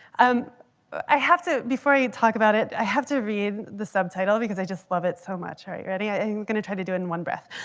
um i have to, before you talk about it, i have to read the subtitle because i just love it so much. are you ready? i am going to try to do in one breath.